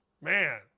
man